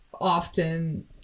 often